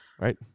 Right